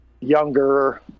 younger